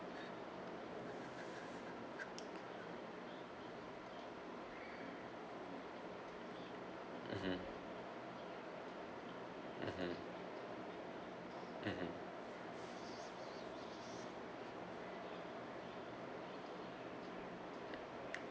mmhmm mmhmm